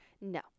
no